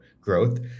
growth